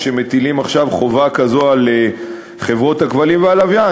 כשמטילים עכשיו חובה כזאת על חברות הכבלים והלוויין,